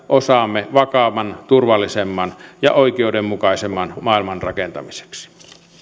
osamme vakaamman turvallisemman ja oikeudenmukaisemman maailman rakentamiseksi